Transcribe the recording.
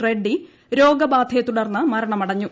റെഡ്നി രോഗബാധയെത്തുടർന്ന് മരണമടഞ്ഞു